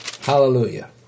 Hallelujah